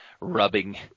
rubbing